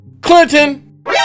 Clinton